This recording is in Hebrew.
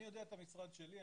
אני יודע לגבי המשרד שלי.